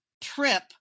trip